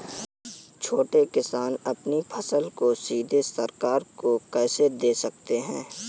छोटे किसान अपनी फसल को सीधे सरकार को कैसे दे सकते हैं?